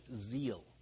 zeal